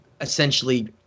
essentially